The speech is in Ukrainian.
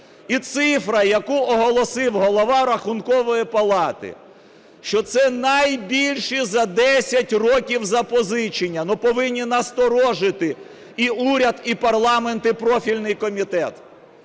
І цифра, яку оголосив Голова Рахункової палати, що це найбільші за 10 років запозичення, ну, повинні насторожити і уряд, і парламент, і профільний комітет.